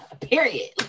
period